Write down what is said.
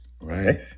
Right